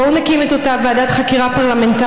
בואו נקים את אותה ועדת חקירה פרלמנטרית,